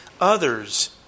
others